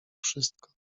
wszystko